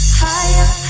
higher